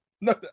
No